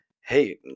hey